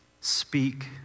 Speak